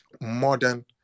modern